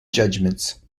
judgements